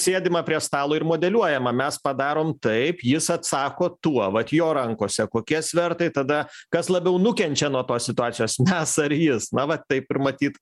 sėdima prie stalo ir modeliuojama mes padarom taip jis atsako tuo vat jo rankose kokie svertai tada kas labiau nukenčia nuo tos situacijos mes ar jis na va taip ir matyt